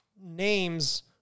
names